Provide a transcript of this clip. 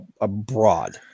Abroad